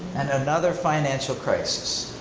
and another financial crisis.